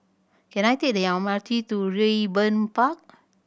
can I take the M R T to Raeburn Park